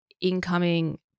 incoming